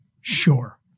Sure